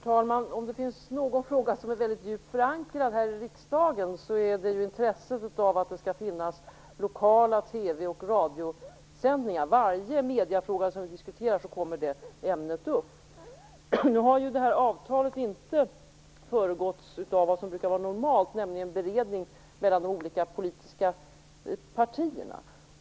Herr talman! Om det är någon fråga som är väldigt djupt förankrad här i riksdagen så är det den om intresset av att det skall finnas lokala TV och radiosändningar. Varje gång vi diskuterar en mediefråga kommer det ämnet upp. Nu har ju avtalet inte föregåtts av vad som normalt förekommer, nämligen en beredning mellan de olika politiska partierna.